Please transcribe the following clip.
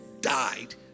died